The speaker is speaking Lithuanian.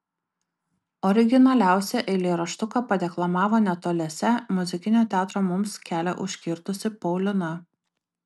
originaliausią eilėraštuką padeklamavo netoliese muzikinio teatro mums kelią užkirtusi paulina